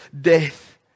death